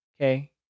Okay